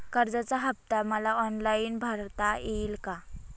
कर्जाचा हफ्ता मला ऑनलाईन भरता येईल का?